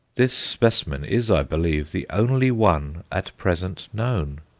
this specimen is, i believe, the only one at present known,